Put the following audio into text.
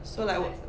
so like what